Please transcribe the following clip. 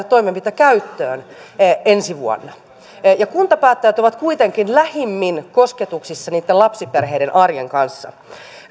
toimenpiteitä käyttöön ensi vuonna ja kuntapäättäjät ovat kuitenkin lähimmin kosketuksissa niitten lapsiperheiden arjen kanssa